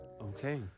Okay